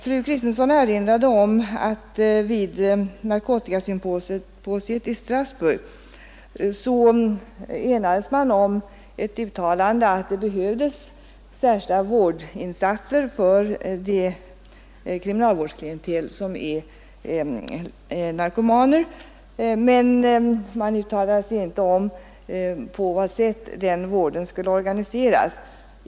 Fru Kristensson erinrade om att vid narkotikasymposiet i Strasbourg enades man om ett uttalande att det behövdes särskilda vårdanstalter för det kriminalvårdsklientel som är narkomaner, men man uttalade sig inte om på vad sätt den vården skulle organiseras.